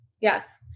Yes